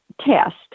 test